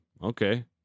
Okay